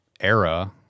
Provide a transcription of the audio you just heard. era